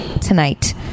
tonight